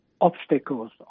obstacles